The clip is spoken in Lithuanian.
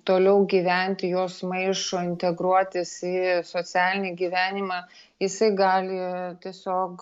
toliau gyventi jos maišo integruotis į socialinį gyvenimą jisai gali tiesiog